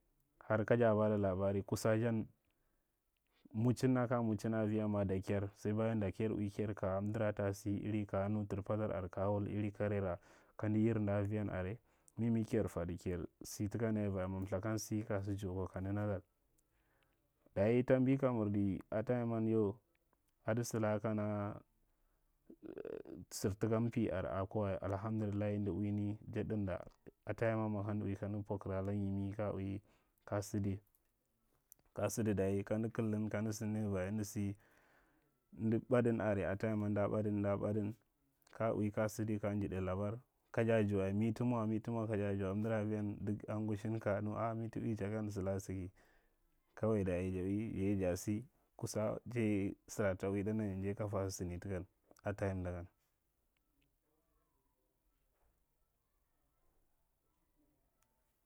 Har kaja ba da labara, kusan yan muchin ra kaja muchin aviyan ma dakken sai bayan da kajar ui kajar kay amdara ka wui win kare ra kamda yirnda aviyan are, mimi kajar fadi kajar sa takan aiva ma mithakan sa ka sa jau kwa kanda nadan dayi tambi ka mirdi a tasiman yau ada adlaka kana sar taka mpi are ada kwa wa mhamdillahi amda uini ja ɗinda. A tayiman ma kamɗa ui kamda pwakir alan yimi ka ui kaya sadi ka sadi dayi kamaka kildin kamda sinnaiva amdo sa, amda ɓadin are, a tayiman amda ɓadin amda ɓada ka ui, ka sidi ka nidai labar, kajar ja’oa, mi taa mwa- mi ta mwa kaja ja’on, amdara avivau duk an ngushin, al mi ta ui jagan salaka saga kawai dayi, ja ye ja sa tai, sara ta uiɗa dan ja ye kaja ta sini takan a tayimdagan.